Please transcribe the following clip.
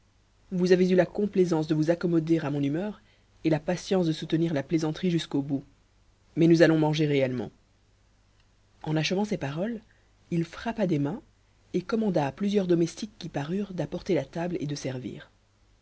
vous avez eu la complaisance de vous accommoder à mon humeur et la patience de soutenir la plaisanterie jusqu'au bout mais nous allons manger réellement en achevant ces paroles il frappa des mains et commanda à plusieurs domestiques qui parurent d'apporter la table et de servir